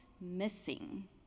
missing